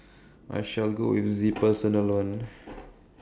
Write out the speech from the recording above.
I shall go with the personal one